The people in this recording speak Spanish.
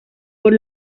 por